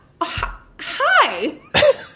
hi